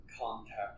contact